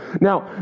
Now